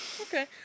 okay